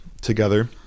together